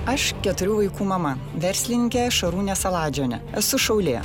aš keturių vaikų mama verslininkė šarūnė saladžiuvienė esu šaulė